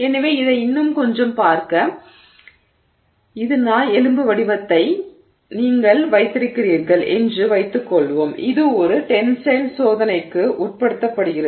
எனவே இதை இன்னும் கொஞ்சம் பார்க்க இந்த நாய் எலும்பு வடிவத்தை நீங்கள் வைத்திருக்கிறீர்கள் என்று வைத்துக் கொள்வோம் இது ஒரு டென்ஸைல் சோதனைக்கு உட்படுத்தப்படுகிறது